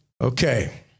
Okay